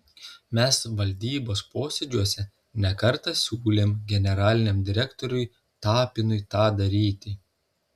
mes valdybos posėdžiuose ne kartą siūlėm generaliniam direktoriui tapinui tą daryti